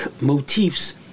motifs